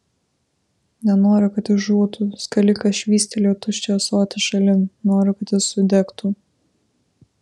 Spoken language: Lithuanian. nenoriu kad jis žūtų skalikas švystelėjo tuščią ąsotį šalin noriu kad jis sudegtų